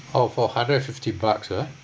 oh for hundred and fifty bucks ah